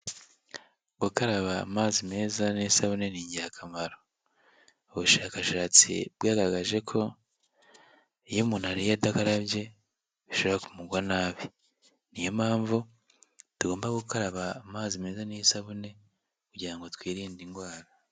Gukaraba amazi meza n'isabune ni ingirakamaro. Ubushakashatsi bwagaragaje ko iyo umuntu ariye adakarabye, bishobora kumugwa nabi. Niyo mpamvu tugomba gukaraba amazi meza n'isabune kugira ngo twirinde indwara.